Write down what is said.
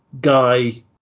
guy